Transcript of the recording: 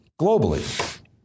globally